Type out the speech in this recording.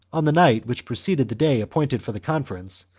on the night which preceded the day appointed for the conference,